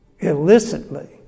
illicitly